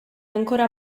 ancora